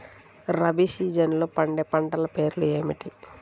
రబీ సీజన్లో పండే పంటల పేర్లు ఏమిటి?